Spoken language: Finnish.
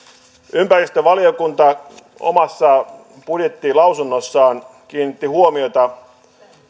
ympäristövaliokunta omassa budjettilausunnossaan kiinnitti huomiota